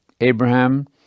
Abraham